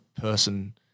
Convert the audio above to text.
person